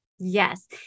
Yes